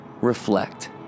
Reflect